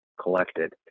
collected